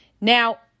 Now